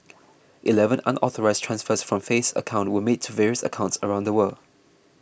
eleven unauthorised transfers from Faith's account were made to various accounts around the world